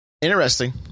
interesting